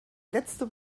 letzte